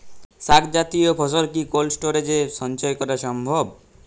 শাক জাতীয় ফসল কি কোল্ড স্টোরেজে সঞ্চয় করা সম্ভব?